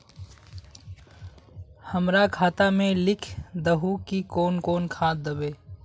हमरा खाता में लिख दहु की कौन कौन खाद दबे?